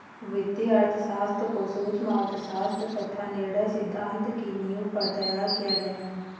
वित्तीय अर्थशास्त्र को सूक्ष्म अर्थशास्त्र तथा निर्णय सिद्धांत की नींव पर तैयार किया गया है